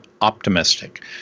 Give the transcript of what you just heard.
optimistic